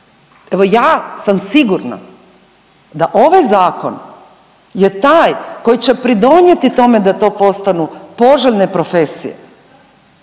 Evo ja sam sigurna da ovaj Zakon je taj koji će pridonijeti tome da to postanu poželjne profesije